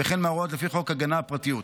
וכן מההוראות לפי חוק הגנה על הפרטיות.